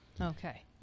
Okay